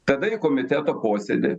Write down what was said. tada į komiteto posėdį